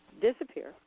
disappear